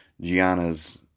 Gianna's